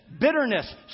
bitterness